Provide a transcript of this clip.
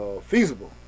feasible